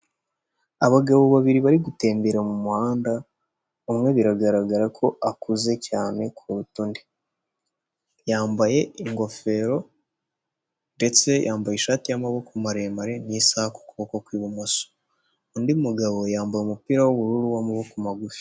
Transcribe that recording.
Abagabo babiri bari gutembera mu muhanda umwe biragaragara ko ukuze cyane kuruta undi, yambaye ingofero ndetse yambaye ishati y'amaboko maremare n'isahaka ukuboko kw'ibumoso, undi mugabo yambaye umupira w'ubururu w'amaboko magufi.